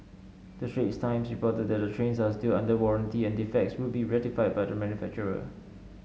the Straits Times reported that the trains are still under warranty and defects would be rectified by the manufacturer